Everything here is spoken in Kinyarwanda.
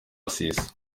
sisi